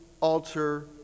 altar